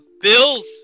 Bills